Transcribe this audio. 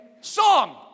song